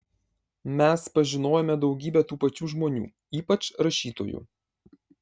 mes pažinojome daugybę tų pačių žmonių ypač rašytojų